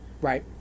Right